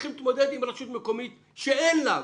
שצריכים להתמודד עם רשות מקומית שאין לה,